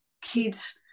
kids